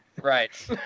Right